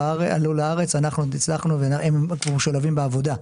שעלו לארץ - אנחנו הצלחנו והם משולבים בעבודה.